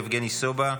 יבגני סובה,